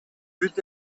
бүт